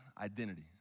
identity